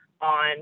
on